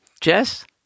Jess